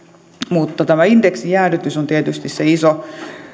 mutta tämä indeksijäädytys on tietysti se iso